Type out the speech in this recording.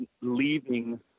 leaving